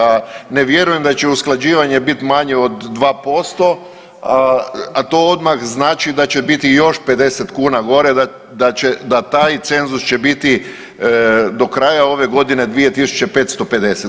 A ne vjerujem da će usklađivanje biti manje od 2%, a to odmah znači da će biti još 50 kuna gore da taj cenzus će biti do kraja ove godine 2 tisuće 550.